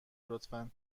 لطفا